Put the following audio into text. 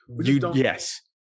yes